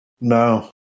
No